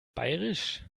bairisch